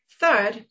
Third